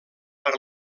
per